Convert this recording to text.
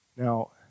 Now